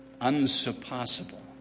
unsurpassable